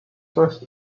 first